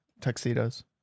tuxedos